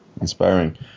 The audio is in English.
inspiring